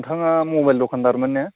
नोंथाङा मबाइल दखानदारमोन ना